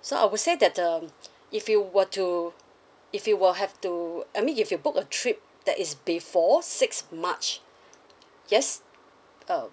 so I would say that um if you were to if you will have to I mean if you book a trip that is before sixth march yes um